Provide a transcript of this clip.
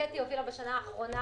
קטי הובילה בשנה האחרונה,